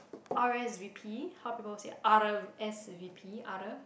R_S_V_P how people say R R_S_V_P other